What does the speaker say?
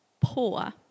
poor